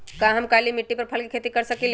का हम काली मिट्टी पर फल के खेती कर सकिले?